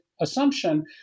assumption